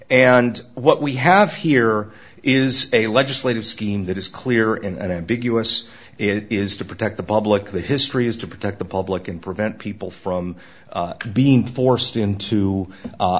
and what we have here is a legislative scheme that is clear and ambiguous it is to protect the public the history is to protect the public and prevent people from being forced into